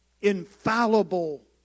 Infallible